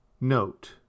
Note